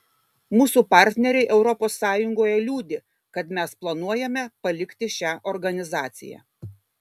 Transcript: mūsų partneriai europos sąjungoje liūdi kad mes planuojame palikti šią organizaciją